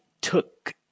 took